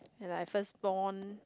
he like first born